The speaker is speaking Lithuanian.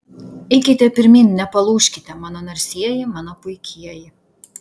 eikite pirmyn nepalūžkite mano narsieji mano puikieji